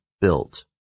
built